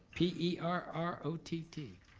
p e r r o t t,